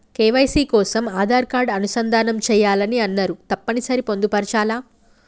KYC కోసం Aadhaar card అనుసంధానం చేయాలని అన్నరు తప్పని సరి పొందుపరచాలా?